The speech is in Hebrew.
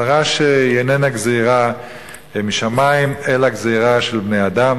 צרה שהיא איננה גזירה משמים אלא גזירה של בני-אדם,